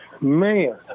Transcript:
man